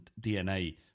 DNA